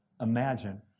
imagine